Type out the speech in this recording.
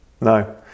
no